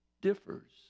differs